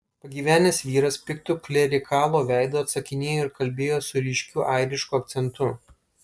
pagyvenęs vyras piktu klerikalo veidu atsakinėjo ir kalbėjo su ryškiu airišku akcentu